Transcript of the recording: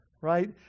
right